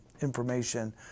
information